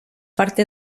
parte